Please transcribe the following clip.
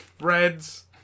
reds